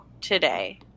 Today